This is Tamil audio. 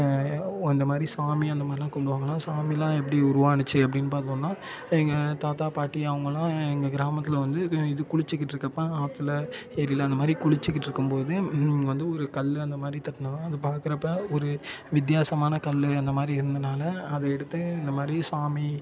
அந்த மாதிரி சாமி அந்த மாதிரிலாம் கும்பிடுவாங்களாம் சாமிலாம் எப்படி உருவாச்சு அப்டின்னு பார்த்தோம்னா எங்கள் தாத்தா பாட்டி அவங்கெல்லாம் எங்கள் கிராமத்தில் வந்து இது இது குளிச்சுக்கிட்டு இருக்கப்போ ஆற்றுல ஏரியில் அந்த மாதிரி குளிச்சுக்கிட்டு இருக்கும்போது வந்து ஒரு கல் அந்த மாதிரி தட்டுனுதாம் அதை பார்க்குறப்ப ஒரு வித்தியாசமான கல் அந்த மாதிரி இருந்ததுனால அது எடுத்து இந்த மாதிரி சாமி